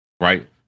Right